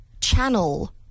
channel